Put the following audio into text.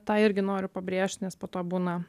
tą irgi noriu pabrėžt nes po to būna